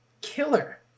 killer